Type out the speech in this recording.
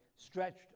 stretched